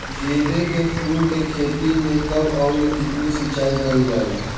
गेदे के फूल के खेती मे कब अउर कितनी सिचाई कइल जाला?